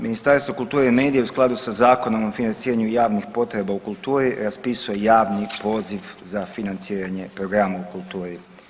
Ministarstvo kulture i medija je u skladu sa Zakonom o financiranju javnih potreba u kulturi raspisuje javni poziv za financiranje programa u kulturi.